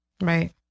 Right